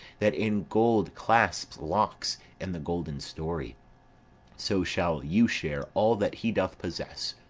that in gold clasps locks in the golden story so shall you share all that he doth possess,